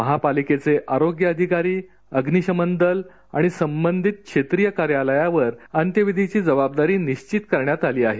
महापालिकेचे आरोग्य अधिकारी अग्निशमन दल आणि संबंधित क्षेत्रीय कार्यालयांवर अंत्यविधीची जबाबदारी निश्वित करण्यात आली आहे